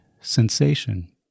sensation